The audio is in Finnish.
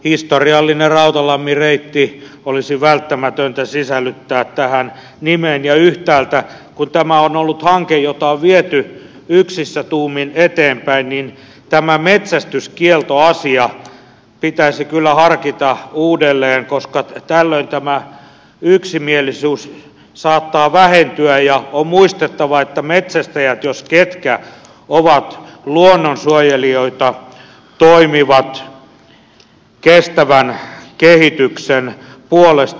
historiallinen rautalammin reitti olisi välttämätöntä sisällyttää tähän nimeen ja yhtäältä kun tämä on ollut hanke jota on viety yksissä tuumin eteenpäin niin tämä metsästyskieltoasia pitäisi kyllä harkita uudelleen koska tällöin tämä yksimielisyys saattaa vähentyä ja on muistettava että metsästäjät jos ketkä ovat luonnonsuojelijoita toimivat kestävän kehityksen puolesta